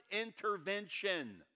intervention